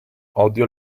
odio